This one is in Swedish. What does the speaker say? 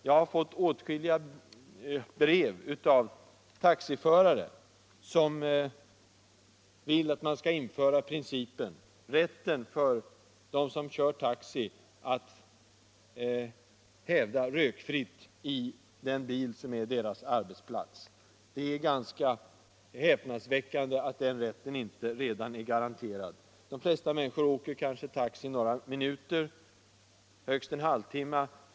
Jag har fått åtskilliga brev från taxiförare som vill att man skall införa principen att de som kör taxi skall ha rätt att hävda att det skall vara rökfritt i den bil som är deras arbetsplats. Det är ganska häpnadsväckande att den rätten inte redan är garanterad dem. De flesta människor åker kanske taxi några minuter eller högst en halvtimme.